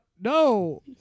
no